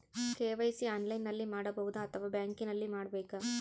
KYC ಆನ್ಲೈನಲ್ಲಿ ಮಾಡಬಹುದಾ ಅಥವಾ ಬ್ಯಾಂಕಿನಲ್ಲಿ ಮಾಡ್ಬೇಕಾ?